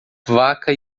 vaca